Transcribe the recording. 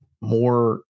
more